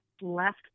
left